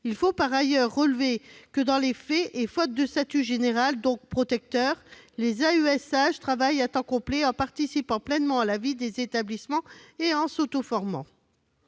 Il faut par ailleurs relever que dans les faits, et faute de statut général protecteur, les AESH travaillent à temps complet en participant pleinement à la vie des établissements et en s'autoformant.